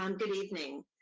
and evening.